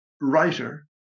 writer